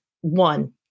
one